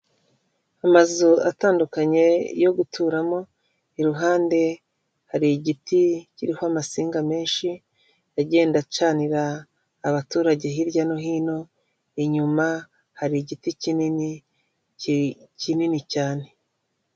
Amazu atandukanye yo guturamo, iruhande hari igiti kiriho amasinga menshi, agenda acanira abaturage hirya no hino, inyuma hari igiti kinini, kinini cyane.